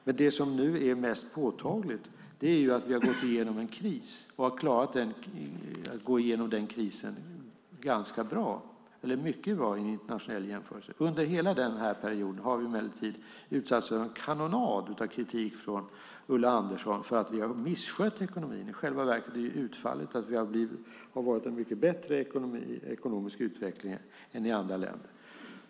Men det som nu är mest påtagligt är att vi har gått igenom en kris och har klarat den mycket bra i en internationell jämförelse. Under hela den här perioden har vi emellertid utsatts för en kanonad av kritik från Ulla Andersson för att vi har misskött ekonomin. I själva verket är utfallet att vi har haft en mycket bättre ekonomisk utveckling än i andra länder.